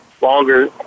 longer